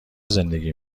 زندگی